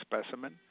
specimen